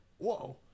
Whoa